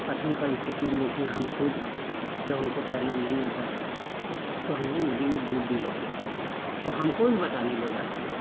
कठिन परिस्थिति भी देखें हैं हम खुद जब हम को तैरना नहीं आता था तो हम लोग नदी में डूब भी जाते थे तो हमको भी बचाने लोग आते थे